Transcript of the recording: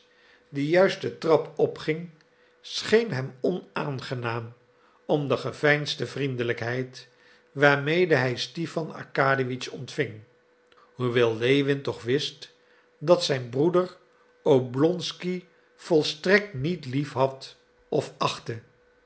die juist de trap opging scheen hem onaangenaam om de geveinsde vriendelijkheid waarmee hij stipan arkadiewitsch ontving hoewel lewin toch wist dat zijn broeder oblonsky volstrekt niet lief had of achtte